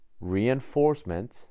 reinforcement